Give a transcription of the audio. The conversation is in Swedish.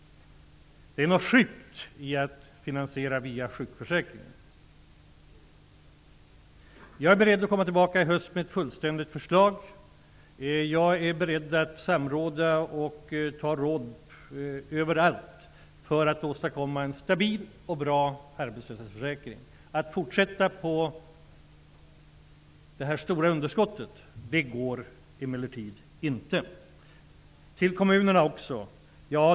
Det är något sjukt med att finansiera via sjukförsäkringen. Jag är beredd att återkomma med ett fullständigt förslag i höst. Jag är beredd att samråda med alla och ta råd överallt för att åstadkomma en stabil och bra arbetslöshetsförsäkring. Att fortsätta och öka på det stora underskottet går emellertid inte.